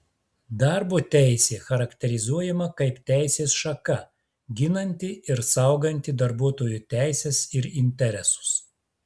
darbo teisė charakterizuojama kaip teisės šaka ginanti ir sauganti darbuotojų teises ir interesus